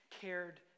cared